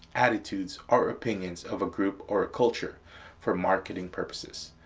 attitudes, or opinions of a group or a culture for marketing purposes.